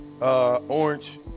Orange